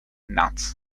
nuts